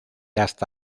hasta